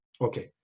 okay